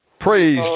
Praise